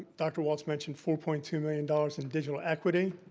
dr. walts mentioned four point two million dollars in digital equity.